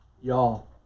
y'all